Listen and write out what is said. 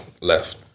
left